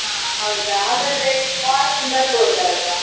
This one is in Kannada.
ಹಾಂ ಹೌದಾ ಹಾಗಾದರೆ ಮಾರ್ನಿಂಗ್ ಬರ್ಬೋದಲ್ಲವಾ